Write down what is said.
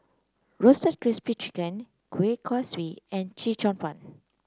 Roasted Crispy Spring Chicken Kueh Kaswi and Chee Cheong Fun